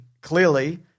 clearly